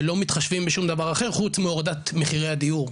שלא מתחשבים בשום דבר אחר חוץ מהורדת מחירי הדיור.